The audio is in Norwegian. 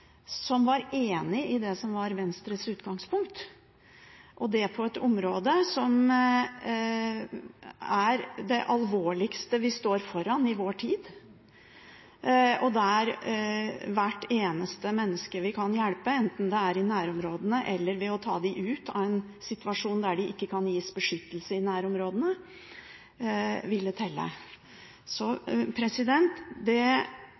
som var enig i det som var Venstres utgangspunkt, og det på et område som er det alvorligste vi står overfor i vår tid. Hvert eneste menneske vi kan hjelpe, enten det er i nærområdene eller ved å ta dem ut av en situasjon der de ikke kan gis beskyttelse i nærområdene, vil telle. Så det